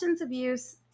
abuse